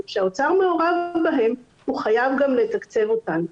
וכשהאוצר מעורב בהם הוא חייב גם לתקצב אותנו.